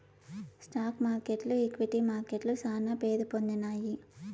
stock మార్కెట్లు equity మార్కెట్లు శానా పేరుపొందినాయి